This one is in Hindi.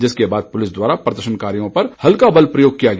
जिसके बाद पुलिस द्वारा प्रदर्शनकारियों पर हल्का बल प्रयोग किया गया